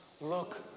look